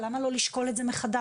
מדוע לא לשקול את זה מחדש?